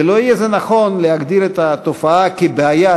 ולא יהיה נכון להגדיר את התופעה כבעיה,